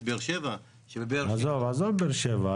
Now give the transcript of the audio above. פעם את באר שבע --- עזוב את באר שבע,